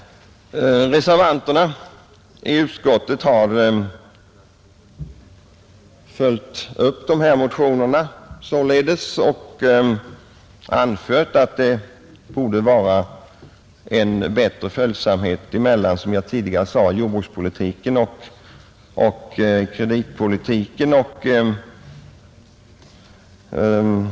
Reservanterna i utskottet har således följt upp dessa motioner och anfört att det borde finnas en bättre följsamhet mellan jordbrukspolitiken och kreditpolitiken.